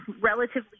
relatively